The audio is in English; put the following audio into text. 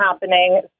happening